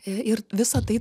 ir visa tai